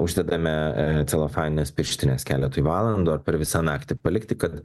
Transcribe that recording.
uždedame celofanines pirštines keletui valandų ar per visą naktį palikti kad